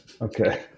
okay